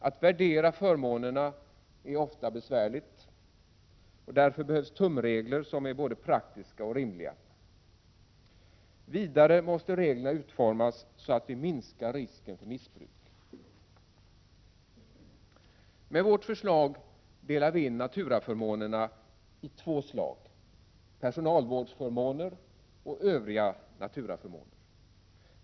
Att värdera förmånerna är ofta besvärligt, och därför behövs tumregler som är både praktiska och rimliga. Vidare måste reglerna utformas så att vi minskar risken för missbruk. Med vårt förslag delar vi in naturaförmånerna i två slag — personalvårdsförmåner och övriga naturaförmåner.